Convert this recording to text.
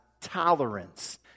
tolerance